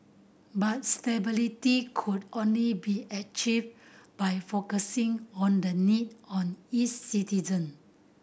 but stability could only be achieved by focusing on the need on its citizen